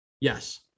Yes